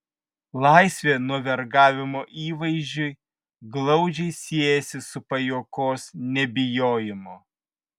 laisvė nuo vergavimo įvaizdžiui glaudžiai siejasi su pajuokos nebijojimu